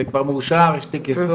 זה כבר מאושר, יש כיסוי.